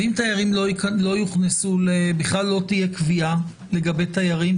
ואם לא תהיה קביעה לגבי תיירים?